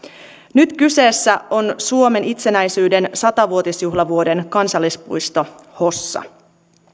nyt kyseessä on suomen itsenäisyyden sata vuotisjuhlavuoden kansallispuisto hossa